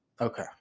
okay